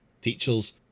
Teachers